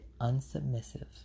unsubmissive